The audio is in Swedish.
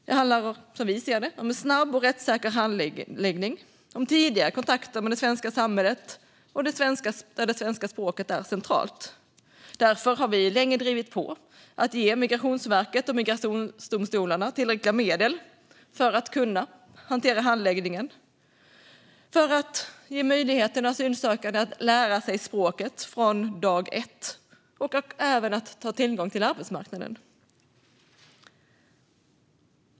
Det handlar som vi ser det om en snabb och rättssäker handläggning och om tidiga kontakter med det svenska samhället, där det svenska språket är centralt. Därför har vi länge drivit på för att ge Migrationsverket och migrationsdomstolarna tillräckliga medel för att kunna hantera handläggningen och för att ge asylsökande möjlighet att lära sig språket från dag ett och få tillgång till arbetsmarknaden.